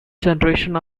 generation